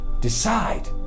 Decide